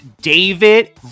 David